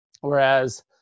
Whereas